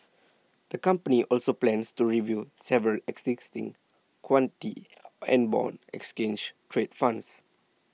the company also plans to review several existing equity and bond exchange trade funds